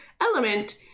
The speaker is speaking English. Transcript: element